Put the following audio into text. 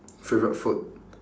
favourite food